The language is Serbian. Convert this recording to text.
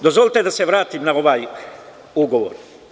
Dozvolite da se vratim na ovaj ugovor.